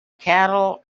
cattle